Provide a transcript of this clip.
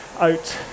out